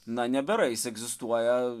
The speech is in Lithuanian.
na nebėra jis egzistuoja